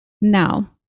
now